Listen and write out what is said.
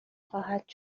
خواهد